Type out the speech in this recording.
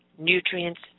Nutrients